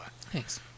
Thanks